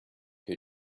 her